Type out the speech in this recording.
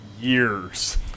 years